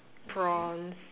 prawns